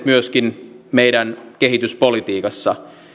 myöskin meidän kehityspolitiikassa